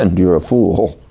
and you're a fool.